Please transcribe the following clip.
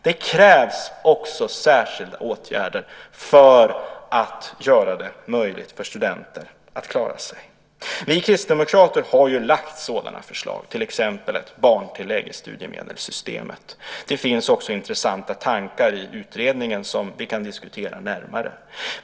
Det krävs också särskilda åtgärder för att göra det möjligt för studenter att klara sig. Vi kristdemokrater har lagt fram sådana förslag, till exempel om ett barntillägg i studiemedelssystemet. Det finns också intressanta tankar i utredningen som vi kan diskutera närmare.